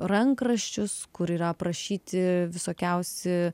rankraščius kur yra aprašyti visokiausi